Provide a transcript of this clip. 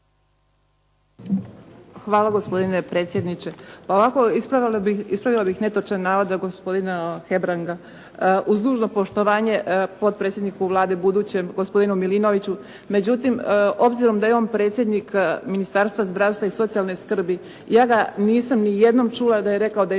Hvala gospodine predsjedniče. Ovako ispravila bih netočan navod gospodina Hebranga uz dužno poštovanje potpredsjedniku Vlade budućem, gospodinu Milinoviću. Međutim, obzirom da je on predsjednik Ministarstva zdravstva i socijalne skrbi, ja ga nisam nijednom čula da je rekao da je